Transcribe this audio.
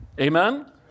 Amen